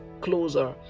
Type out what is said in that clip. closer